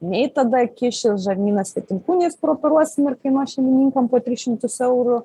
nei tada kišis žarnynas svetimkuniais kur operuosim ir kainuos šeimininkam po tris šimtus eurų